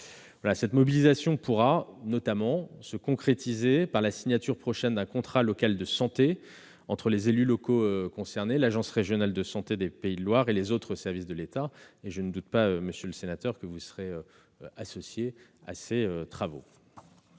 Cette mobilisation pourra notamment se concrétiser par la signature prochaine d'un contrat local de santé entre les élus locaux concernés, l'agence régionale de santé des Pays de la Loire et les autres services de l'État. Je ne doute pas, monsieur le sénateur, que vous serez associé à ces travaux.